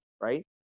right